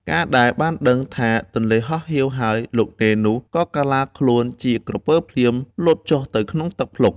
កាលដែលបានដឹងថាទន្លេហោះហៀវហើយ លោកនេននោះក៏កាឡាខ្លួនជាក្រពើភ្លាម លោតចុះទៅក្នុងទឹកភ្លុង។